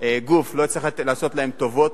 גוף לא יצטרך לעשות להם טובות.